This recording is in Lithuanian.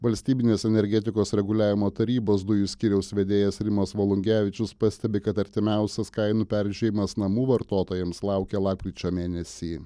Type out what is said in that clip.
valstybinės energetikos reguliavimo tarybos dujų skyriaus vedėjas rimas volungevičius pastebi kad artimiausias kainų peržiūrėjimas namų vartotojams laukia lapkričio mėnesį